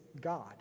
God